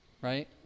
Right